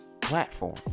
platform